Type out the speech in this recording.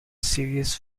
serious